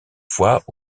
fois